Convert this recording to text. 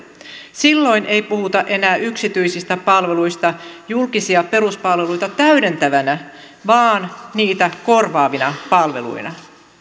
silloin ei puhuta enää yksityisistä palveluista julkisia peruspalveluita täydentävinä vaan niitä korvaavina palveluina